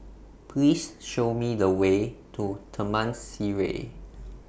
Please Show Me The Way to Taman Sireh